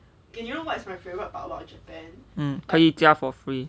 um 可以加 for free